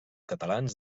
catalans